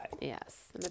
Yes